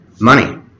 Money